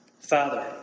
Father